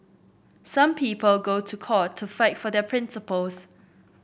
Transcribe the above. some people go to court to fight for their principles